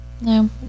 no